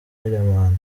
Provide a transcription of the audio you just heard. rideman